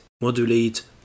modulate